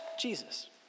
Jesus